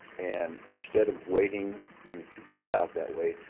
and instead of waiting and to get out that way,